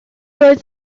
oedd